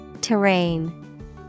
Terrain